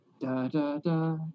Da-da-da